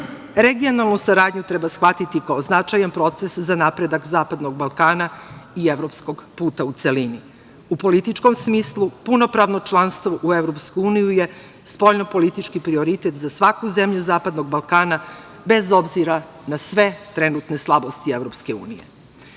mandata. Regionalnu saradnju treba shvatiti kao značajan proces za napredak Zapadnog Balkana i evropskog puta u celini. U političkom smislu, punopravno članstvo u EU je spoljnopolitički prioritet za svaku zemlju Zapadnog Balkana, bez obzira na sve trenutne slabosti